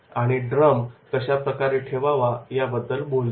आणि ड्रम कशाप्रकारे ठेवावा याबद्दल बोलतो